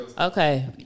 Okay